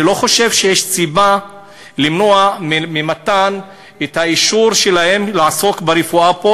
אני לא חושב שיש סיבה למנוע מהם את האישור לעסוק ברפואה פה,